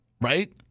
right